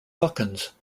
hawkins